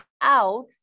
out